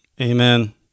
Amen